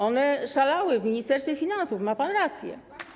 One szalały w Ministerstwie Finansów, ma pan rację.